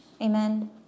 Amen